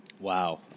Wow